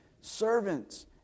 servants